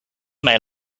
may